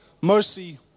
mercy